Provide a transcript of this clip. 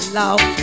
love